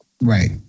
Right